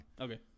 Okay